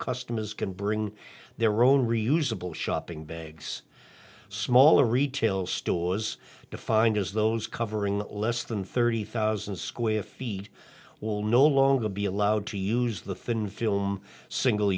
customers can bring their own reusable shopping bags smaller retail stores defined as those covering less than thirty thousand square feet will no longer be allowed to use the thin film single